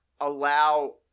allow